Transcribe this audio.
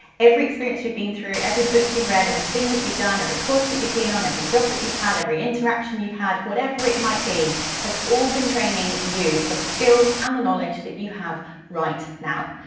every experience you've been through, every book you've read, everything that you've done, every course that you've been on, every job that you've had, every interaction you've had, whatever it might be has all been training you for the skills and the knowledge that you have right now.